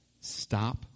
stop